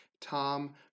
Tom